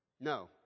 No